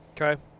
okay